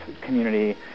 community